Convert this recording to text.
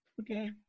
okay